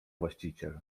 właściciel